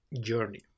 journey